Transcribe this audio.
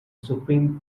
supreme